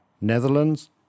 Netherlands